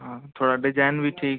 हाँ थोड़ा डिजाइन भी ठीक